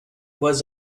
was